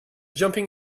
jumping